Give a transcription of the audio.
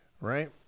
right